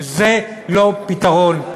זה לא פתרון.